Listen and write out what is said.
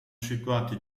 situati